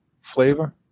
flavor